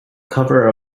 cover